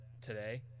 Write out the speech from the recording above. today